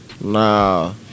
Nah